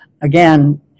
again